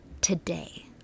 today